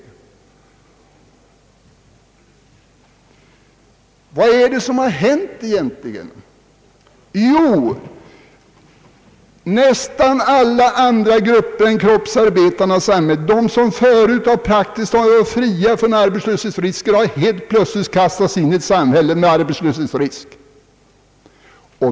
Vi måste på vårt håll fråga oss vad det är som egentligen hänt och vad som ligger bakom denna förändrade inställning på den borgerliga sidan. Jo, nästan alla andra grupper i samhället än kroppsarbetarna, alltså grupper som förut var fria från arbetslöshetsrisker, har plötsligt kastats in i en situation med arbetslöshetsrisk.